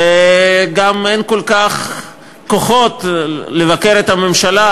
וגם אין כל כך כוחות לבקר את הממשלה,